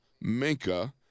Minka